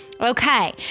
Okay